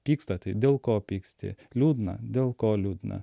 pyksta tai dėl ko pyksti liūdna dėl ko liūdna